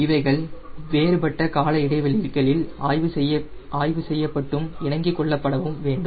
இவைகள் வேறுபட்ட கால இடைவெளிகளில் ஆய்வு செய்யப்பட்டும் இணங்கி கொள்ளப்படவும் வேண்டும்